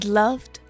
loved